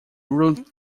ruled